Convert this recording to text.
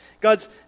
God's